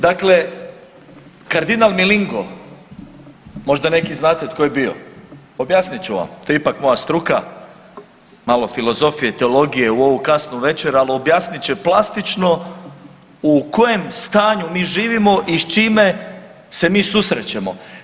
Dakle, kardinal Milingo možda neki znate tko je bio, objasnit ću vam, to je ipak moja struka, malo filozofije i teologije u ovu kasnu večer, al objasnit će plastično u kojem stanju mi živimo i s čime se mi susrećemo.